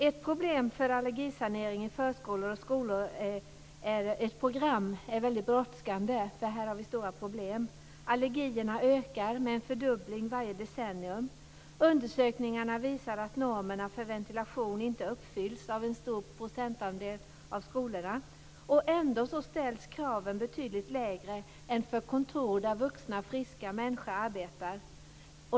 Ett program för allergisanering i förskolor och skolor är mycket brådskande, för här har vi stora problem. Allergierna ökar med en fördubbling varje decennium. Undersökningar visar att normerna för ventilation inte uppfylls av en stor procentandel av skolorna. Ändå ställs kraven betydligt lägre än för kontor, där vuxna, friska människor arbetar.